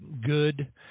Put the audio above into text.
good